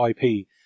IP